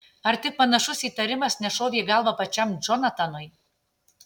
ar tik panašus įtarimas nešovė į galvą pačiam džonatanui